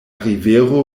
rivero